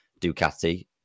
Ducati